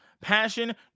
Passion